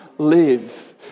live